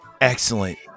excellent